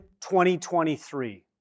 2023